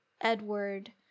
Edward